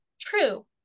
True